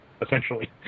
essentially